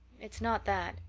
it's not that.